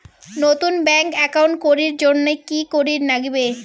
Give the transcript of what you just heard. নতুন bank account করির জন্যে কি করিব নাগিবে?